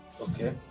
okay